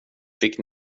fick